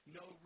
no